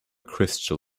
crystal